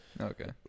Okay